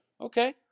Okay